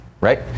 right